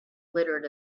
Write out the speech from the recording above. glittered